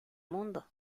mundo